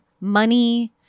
money